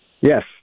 Yes